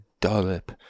dollop